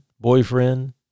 boyfriend